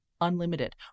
unlimited